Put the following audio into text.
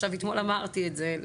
עכשיו אתמול אמרתי את זה,